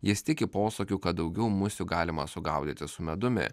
jis tiki posakiu kad daugiau musių galima sugaudyti su medumi